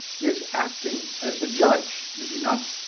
he is acting as a judge, is he not?